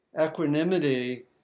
equanimity